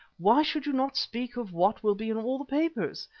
why should you not speak of what will be in all the papers.